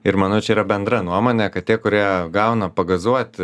ir manau čia yra bendra nuomonė kad tie kurie gauna pagazuot